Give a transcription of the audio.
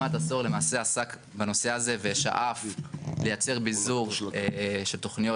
למעשה עסק בנושא הזה ושאף לייצר ביזור של תוכניות